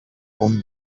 own